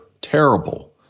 terrible